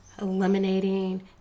eliminating